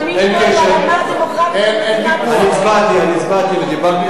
מאיימים פה ברמה דמוגרפית, נכון,